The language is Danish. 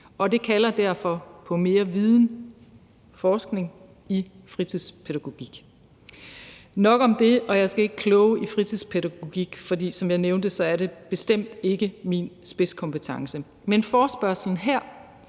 og det kalder derfor på mere viden, altså forskning i fritidspædagogik. Nok om det, og jeg skal ikke kloge mig på fritidspædagogik, for det er, som jeg nævnte, bestemt ikke min spidskompetence. Men forespørgslen her